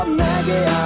maggie